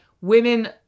women